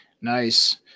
Nice